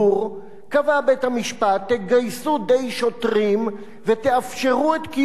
קבע בית-המשפט: תגייסו די שוטרים ותאפשרו את קיום המצעד.